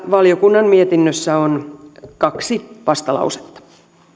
valiokunnan mietinnössä on kaksi vastalausetta